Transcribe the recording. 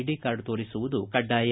D card ತೋರಿಸುವುದು ಕಡ್ಡಾಯ